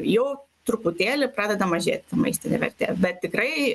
jau truputėlį pradeda mažėti maistinė vertė bet tikrai